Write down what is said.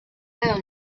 pero